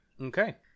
okay